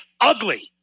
ugly